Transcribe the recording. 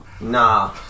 Nah